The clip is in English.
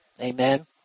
Amen